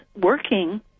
working